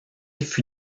fut